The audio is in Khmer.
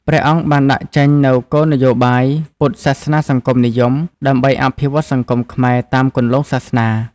ព្រះអង្គបានដាក់ចេញនូវគោលនយោបាយ "ពុទ្ធសាសនាសង្គមនិយម" ដើម្បីអភិវឌ្ឍសង្គមខ្មែរតាមគន្លងសាសនា។